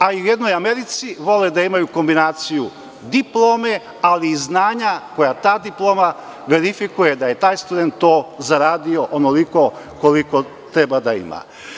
A i u jednoj Americi vole da imaju kombinaciju diplome, ali i znanja koje ta diploma verifikuje, da je taj student tozaradio onoliko koliko treba da ima.